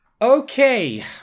Okay